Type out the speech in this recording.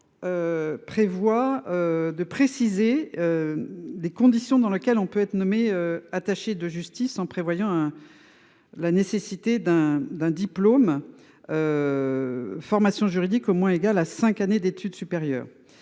le 43. De préciser. Les conditions dans lequel on peut être nommé attaché de justice en prévoyant hein. La nécessité d'un d'un diplôme. Formation juridique au moins égale à 5 années d'études supérieures.